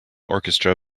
orchestra